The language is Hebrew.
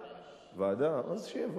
ועדה.